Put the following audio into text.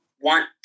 want